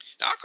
Now